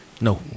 No